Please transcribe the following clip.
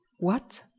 what,